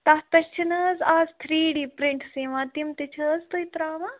تَتھ پٮ۪ٹھ چھِنہٕ حظ اَز تھرٛی ڈی پرٛنٛٹٕس یِوان تِم تہِ چھِ حظ تُہۍ ترٛاوان